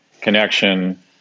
connection